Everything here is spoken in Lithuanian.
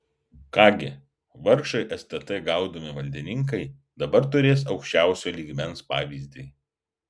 ką gi vargšai stt gaudomi valdininkai dabar turės aukščiausio lygmens pavyzdį